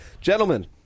gentlemen